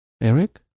Eric